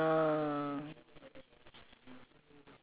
usually which market you go eh jurong east